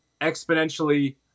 exponentially